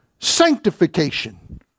sanctification